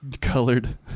colored